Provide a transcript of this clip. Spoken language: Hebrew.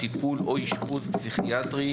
טיפול או אשפוז פסיכיאטרי,